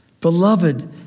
Beloved